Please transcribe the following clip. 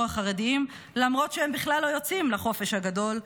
החרדיים למרות שהם בכלל לא יוצאים לחופש הגדול.